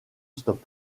stop